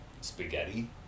spaghetti